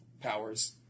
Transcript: powers